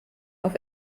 auf